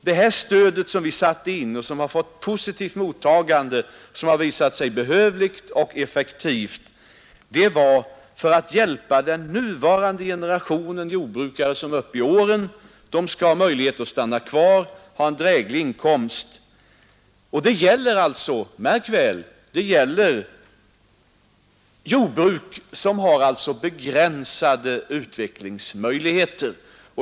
Det stöd vi satt in, som fått ett positivt mottagande och som visar sig behövligt och effektivt, var för att hjälpa dem inom den nuvarande generationen jordbrukare som är uppe i åren. De skall ha möjligheter att stanna kvar och få en dräglig inkomst. Det gäller här, märk väl. jordbruk som har begränsade utvecklingsmöjligheter.